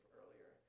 earlier